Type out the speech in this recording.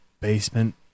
basement